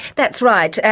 that's right.